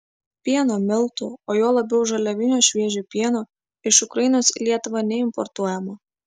pieno miltų o juo labiau žaliavinio šviežio pieno iš ukrainos į lietuvą neimportuojama